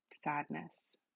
sadness